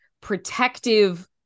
protective